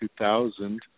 2000